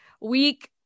week